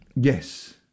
Yes